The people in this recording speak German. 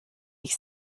ich